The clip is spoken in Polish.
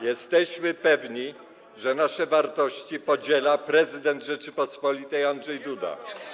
Jesteśmy pewni, że nasze wartości podziela prezydent Rzeczypospolitej Andrzej Duda.